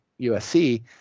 USC